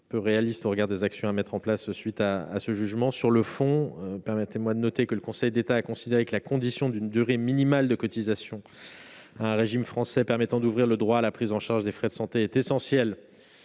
peu réaliste au regard des actions à mettre en place à la suite de ce jugement, je me permets de noter sur le fond que, selon le Conseil d'État, la condition d'une durée minimale de cotisation à un régime français permettant d'ouvrir le droit à la prise en charge des frais de santé est essentielle